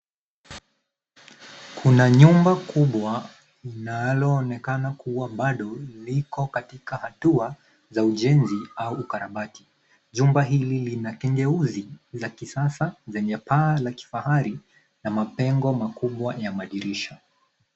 Kuna nyumba kubwa linaloonekana kuwa bado liko katika hatua za ujenzi au ukarabati. Jumba hili lina tendeuzi la kisasa lenye paa la kifahari na mapengo makubwa ya madirisha.